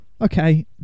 Okay